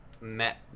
met